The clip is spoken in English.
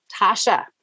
Tasha